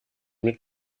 mit